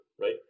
right